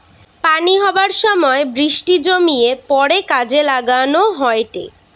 পানি হবার সময় বৃষ্টি জমিয়ে পড়ে কাজে লাগান হয়টে